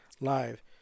live